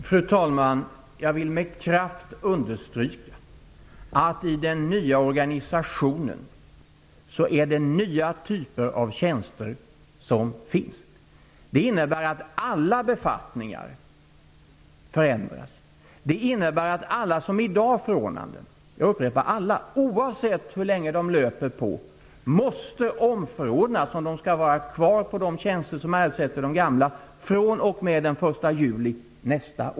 Fru talman! Jag vill med kraft understryka att det i den nya organisationen finns nya typer av tjänster. Det innebär att alla befattningar förändras. Det innebär att alla som i dag har förordnanden -- alla -- oavsett hur lång tid förordnandena löper på, måste omförordnas om de skall vara kvar på de tjänster som ersätter de gamla fr.o.m. den 1 juli nästa år.